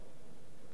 בבקשה, אדוני.